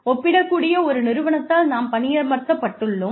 ஒப்பிடக்கூடிய ஒரு நிறுவனத்தால் நாம் பணியமர்த்தப்பட்டுள்ளோம்